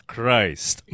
Christ